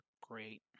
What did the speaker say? great